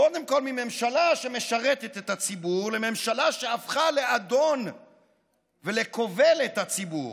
קודם כול מממשלה שמשרתת את הציבור לממשלה שהפכה לאדון ולכובל את הציבור.